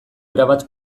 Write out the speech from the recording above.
erabat